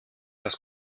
das